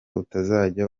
utazajya